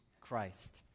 Christ